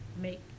make